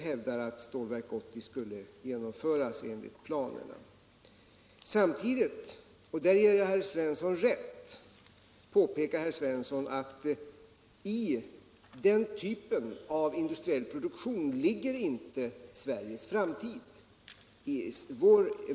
hävdar att Stålverk 80 skall genomföras enligt planerna. Samtidigt — och där ger jag herr Svensson rätt — påpekar herr Svensson att Sveriges framtid inte ligger i den typen av industriell produktion.